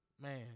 man